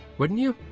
wouldn't you?